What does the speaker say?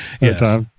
Yes